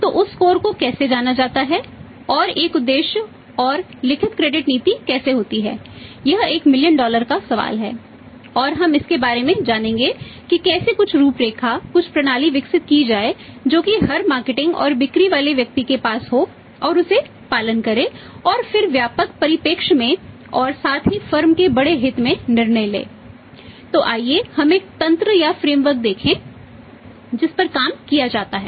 तो उस स्कोर देखें जिस पर काम किया जाता है